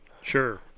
sure